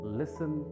listen